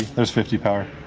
there's fifty power.